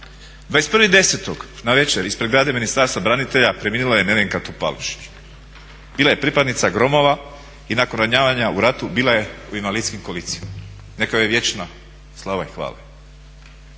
21.10. navečer ispred zgrade Ministarstva branitelja preminula je Nevenka Topalušić. Bila je pripadnika "Gromova" i nakon ranjavanja u ratu bila je u invalidskim kolicima. Neka joj je vječna slava i hvala!